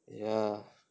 ya